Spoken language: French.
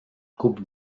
coupe